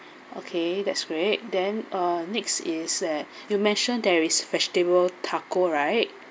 okay that's great then uh next is that you mentioned there is vegetable taco right